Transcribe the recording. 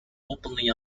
openly